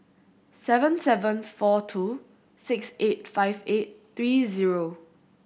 seven seven four two six eight five eight three zero